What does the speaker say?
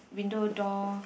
window door